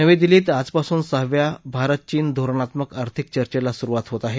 नवी दिल्लीत आजापसून सहाव्या भारत चीन धोरणात्मक आर्थिक चर्चेला सुरुवात होत आहे